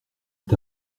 est